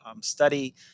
study